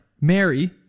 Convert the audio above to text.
Mary